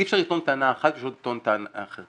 אי אפשר לטעון טענה אחת ואי אפשר לטעון טענה אחרת.